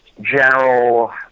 general